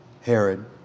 Herod